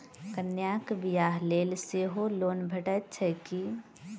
कन्याक बियाह लेल सेहो लोन भेटैत छैक की?